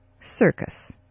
Circus